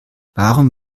warum